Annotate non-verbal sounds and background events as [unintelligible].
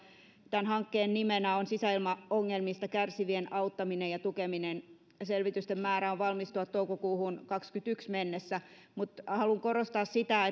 tämän hankkeen nimenä on sisäilmaongelmista kärsivien auttaminen ja tukeminen selvitysten on määrä valmistua toukokuuhun kahdessakymmenessäyhdessä mennessä mutta haluan korostaa sitä [unintelligible]